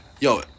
Yo